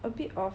a bit of